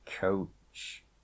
coach